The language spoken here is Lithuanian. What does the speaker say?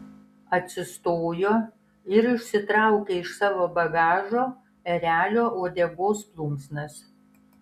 atsistojo ir išsitraukė iš savo bagažo erelio uodegos plunksnas